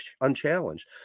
unchallenged